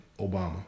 Obama